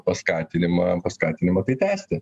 paskatinimą paskatinimą tai tęsti